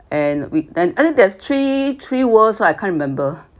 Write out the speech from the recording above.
and we then and there's three three worlds so I can't remember